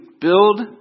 build